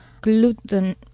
Gluten